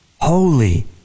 holy